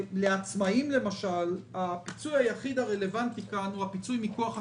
לעצמאים למשל הפיצוי הרלוונטי היחיד כאן הוא הפיצוי מכוח הקורונה,